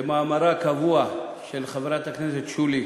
כמאמרה הקבוע של חברת הכנסת שולי